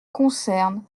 concerne